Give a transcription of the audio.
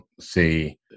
see